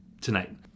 tonight